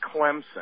Clemson